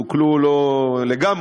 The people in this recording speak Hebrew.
סוכלו לא לגמרי,